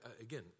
Again